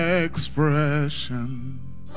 expressions